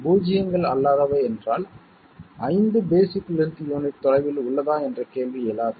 பூஜ்ஜியங்கள் அல்லாதவை என்றால் 5 பேஸிக் லென்த் யூனிட் தொலைவில் உள்ளதா என்ற கேள்வி எழாது